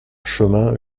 chemin